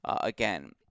Again